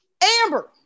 Amber